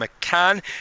McCann